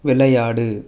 விளையாடு